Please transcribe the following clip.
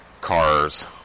cars